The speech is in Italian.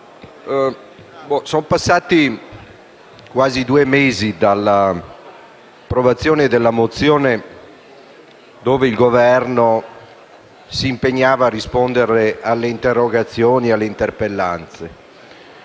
sono passati quasi due mesi dall’approvazione della mozione che impegnava il Governo a rispondere alle interrogazioni e alle interpellanze.